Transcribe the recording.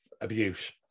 abuse